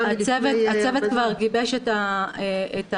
הצוות כבר גיבש את ההמלצות,